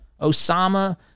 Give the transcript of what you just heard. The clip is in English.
Osama